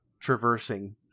traversing